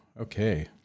Okay